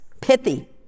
Pithy